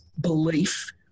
belief